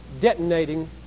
detonating